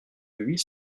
huit